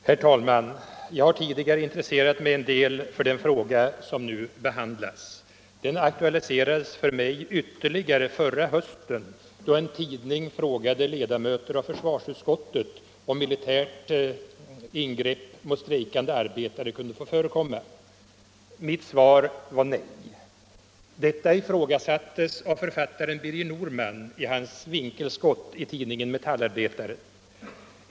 Herr talman! Jag har tidigare intresserat mig en del för det problem som nu behandlas. Det aktualiserades för mig ytterligare förra hösten, då en tidning frågade ledamöter av försvarsutskottet om militärt ingrepp mot strejkande arbetare kunde få förekomma. Mitt svar var nej. Detta ifrågasattes av författaren Birger Norman i hans ”Vinkelskott” i tidningen Metallarbetaren.